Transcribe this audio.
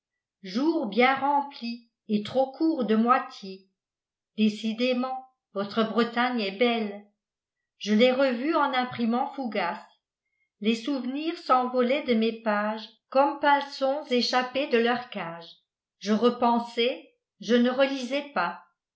jours bien remplis et trop courts de moitié décidément votre bretagne est belle je l'ai revue en imprimant fougas les souvenirs s'envolaient de mon page comme pinsons échappés de leurs cages je repensais je ne relisais pas